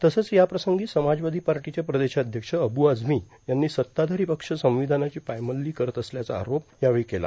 तसंच याप्रसंगी समाजवादी पार्टीचे प्रदेशाध्यक्ष अब्र आझमी यांनी सत्ताधारी पक्ष संविधानाची पायमल्ली करत असल्याचा आरोप यावेळी केला